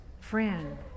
friend